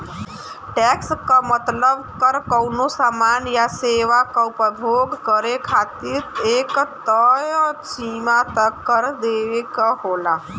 tax क मतलब कर कउनो सामान या सेवा क उपभोग करे खातिर एक तय सीमा तक कर देवे क होला